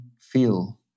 feel